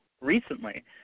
recently